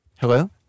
Hello